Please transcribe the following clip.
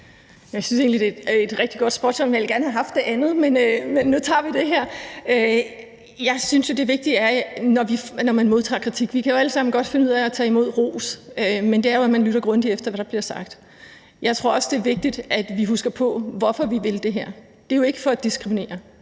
Jeg synes egentlig, det er et rigtig godt spørgsmål. Jeg ville gerne have haft det andet, men nu tager vi det her. Jeg synes jo, at det vigtige, når man modtager kritik – vi kan jo alle sammen godt finde ud af at tage imod ros – er, at man lytter grundigt efter, hvad der bliver sagt. Jeg tror også, det er vigtigt, at vi husker på, hvorfor vi vil det her. Det er jo ikke for at diskriminere.